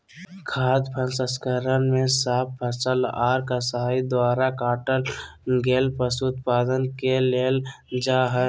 खाद्य प्रसंस्करण मे साफ फसल आर कसाई द्वारा काटल गेल पशु उत्पाद के लेल जा हई